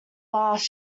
last